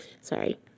sorry